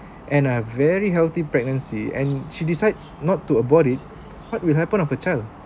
and a very healthy pregnancy and she decides not to abort it what will happen of her child